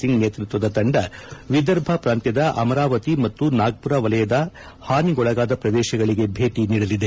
ಸಿಂಗ್ ನೇತೃತ್ವದ ತಂಡ ವಿದರ್ಭ ಪ್ರಾಂತ್ಯದ ಅಮರಾವತಿ ಮತ್ತು ನಾಗ್ಸುರ ವಲಯದ ಹಾನಿಗೊಳಗಾದ ಪ್ರದೇಶಗಳಿಗೆ ಭೇಟಿ ನೀಡಲಿದೆ